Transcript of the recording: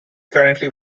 currently